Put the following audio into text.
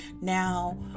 Now